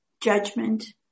judgment